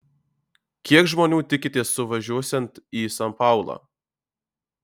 kiek žmonių tikitės suvažiuosiant į san paulą